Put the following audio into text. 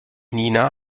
nina